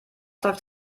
läuft